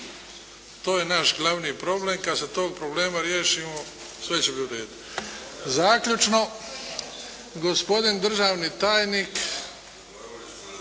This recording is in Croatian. To je naš glavni problem. Kad se tog problema riješimo sve će biti u redu. Zaključno gospodin državni tajnik